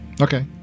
Okay